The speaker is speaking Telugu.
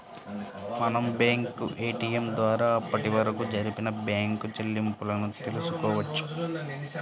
మనం బ్యేంకు ఏటియం ద్వారా అప్పటివరకు జరిపిన బ్యేంకు చెల్లింపులను తెల్సుకోవచ్చు